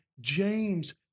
James